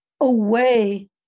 away